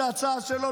זו הצעה שלו,